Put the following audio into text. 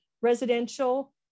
residential